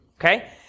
okay